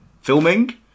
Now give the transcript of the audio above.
filming